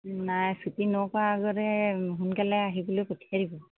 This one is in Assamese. নাই ছুটি নকৰাৰ আগতে সোনকালে আহিবলৈ পঠিয়াই দিব